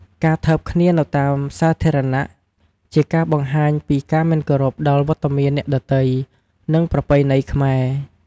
ការថើបគ្នានៅតាមសាធារណៈ ជាការបង្ហាញពីការមិនគោរពដល់រត្តមានអ្នកដទៃ និងប្រពៃណីខ្មែរ។